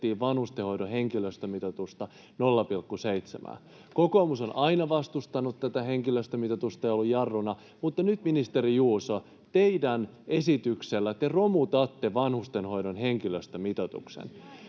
vanhustenhoidon henkilöstömitoitusta 0,7:ään. Kokoomus on aina vastustanut tätä henkilöstömitoitusta ja ollut jarruna, mutta nyt, ministeri Juuso, teidän esityksellänne te romutatte vanhustenhoidon henkilöstömitoituksen.